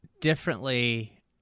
differently